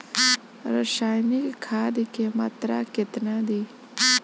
रसायनिक खाद के मात्रा केतना दी?